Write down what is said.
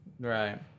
Right